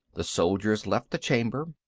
the soldiers left the chamber.